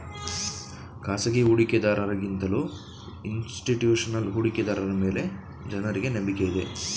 ಖಾಸಗಿ ಹೂಡಿಕೆದಾರರ ಗಿಂತಲೂ ಇನ್ಸ್ತಿಟ್ಯೂಷನಲ್ ಹೂಡಿಕೆದಾರರ ಮೇಲೆ ಜನರಿಗೆ ನಂಬಿಕೆ ಇದೆ